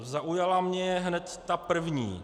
Zaujala mě hned ta první.